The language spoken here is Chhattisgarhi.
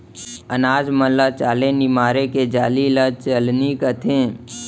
अनाज मन ल चाले निमारे के जाली ल चलनी कथें